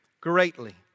greatly